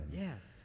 Yes